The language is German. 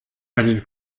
einen